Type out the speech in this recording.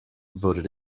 voted